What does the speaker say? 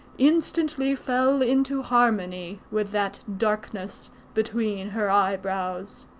instantly fell into harmony with that darkness between her eyebrows.